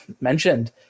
mentioned